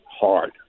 hard